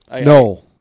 No